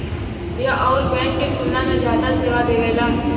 यह अउर बैंक के तुलना में जादा सेवा देवेला